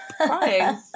crying